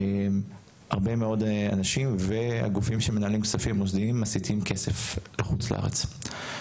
הרבה מאוד אנשים והגופים שמנהלים כספים מוסדיים מסיטים כסף לחוץ לארץ,